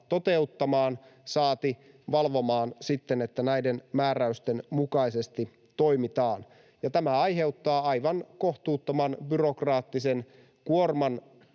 toteuttamaan, saati sitten valvomaan, että näiden määräysten mukaisesti toimitaan. Tämä aiheuttaa aivan kohtuuttoman byrokraattisen kuorman